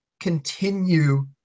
continue